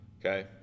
okay